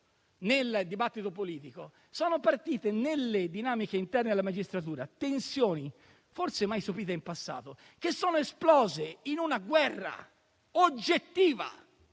nel dibattito politico, sono partite, nelle dinamiche interne alla magistratura, tensioni forse mai sopite in passato, che sono esplose in una guerra oggettiva,